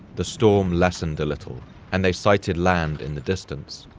the storm lessened a little and they sighted land in the distance.